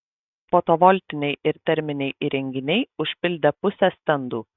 fotovoltiniai ir terminiai įrenginiai užpildė pusę stendų